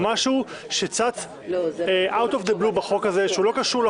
זה משהו שצץ blue out of the בחוק הזה,